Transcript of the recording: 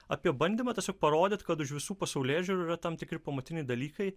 apie bandymą tiesiog parodyt kad už visų pasaulėžiūrų yra tam tikri pamatiniai dalykai